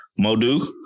Modu